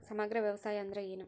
ಸಮಗ್ರ ವ್ಯವಸಾಯ ಅಂದ್ರ ಏನು?